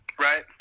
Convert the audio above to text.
right